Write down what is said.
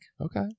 okay